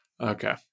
Okay